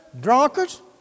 drunkards